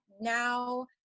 Now